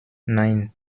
nein